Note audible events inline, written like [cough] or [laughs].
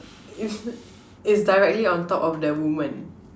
[laughs] is directly on top of the woman